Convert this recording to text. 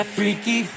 Freaky